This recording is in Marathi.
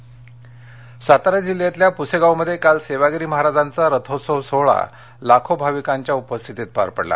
सातारा सातारा जिल्ह्यातल्या पुसेगावमध्ये काल सेवागिरी महाराजांचा रथोत्सव सोहळा लाखो भाविकांच्या उपस्थितीत पार पडला